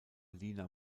lina